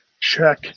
check